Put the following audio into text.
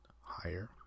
higher